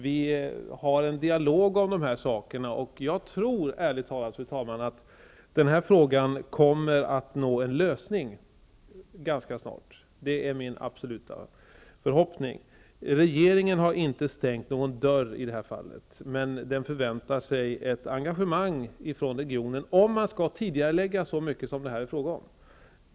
Vi för en dialog om dessa frågor Jag tror ärligt talat, fru talman, att vi i den här frågan kommer att nå en lösning ganska snart. Det är min absoluta förhoppning. Regeringen har i det här fallet inte stängt någon dörr. Men den förväntar sig ett engagemang från regionen om man skall tidigarelägga så mycket som det här blir fråga om.